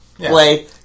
play